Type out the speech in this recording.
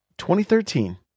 2013